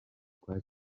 kwa